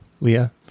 Leah